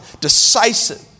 decisive